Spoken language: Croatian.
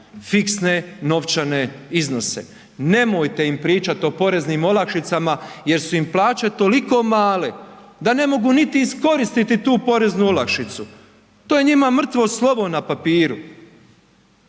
fiksne novčane iznose. Nemojte im pričati o poreznim olakšicama jer su im plaće toliko male da ne mogu niti iskoristiti tu poreznu olakšicu. To je njima mrtvo slovo na papiru.